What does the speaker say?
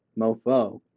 mofo